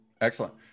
excellent